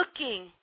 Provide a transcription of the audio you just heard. looking